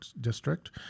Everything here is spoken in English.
District